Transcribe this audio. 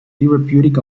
therapeutic